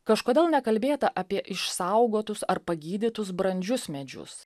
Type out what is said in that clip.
kažkodėl nekalbėta apie išsaugotus ar pagydytus brandžius medžius